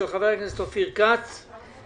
שלום רב, אני מתכבד לפתוח את הישיבה.